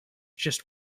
just